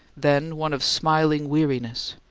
then one of smiling weariness,